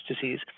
Disease